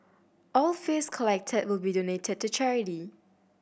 all fees collected will be donated to charity